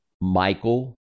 Michael